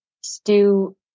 stew